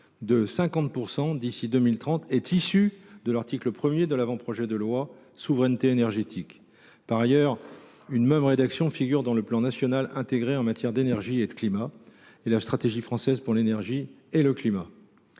de 50 % d’ici 2030 », est issue de l’article 1 de l’avant projet de loi sur la souveraineté énergétique. Par ailleurs, cette même rédaction figure dans le plan national intégré en matière d’énergie et de climat et dans la stratégie française pour l’énergie et le climat.